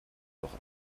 doch